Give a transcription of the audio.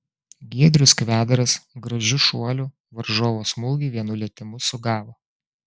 giedrius kvedaras gražiu šuoliu varžovo smūgį vienu lietimu sugavo